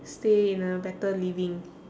stay in a better living